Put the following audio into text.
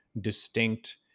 distinct